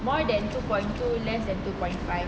more than two point two less than two point five